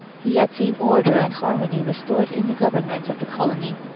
he had seen order and harmony restored in the government of the colony.